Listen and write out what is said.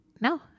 No